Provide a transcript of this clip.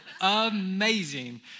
amazing